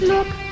Look